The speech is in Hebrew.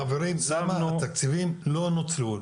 חברים, למה התקציבים לא נוצלו?